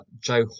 Joe